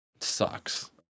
sucks